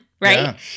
right